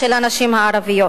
של הנשים הערביות,